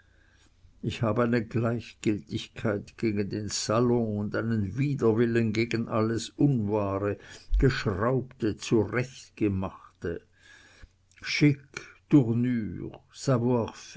ich hab eine gleichgiltigkeit gegen den salon und einen widerwillen gegen alles unwahre geschraubte zurechtgemachte chic